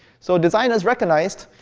so designers recognized,